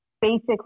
basic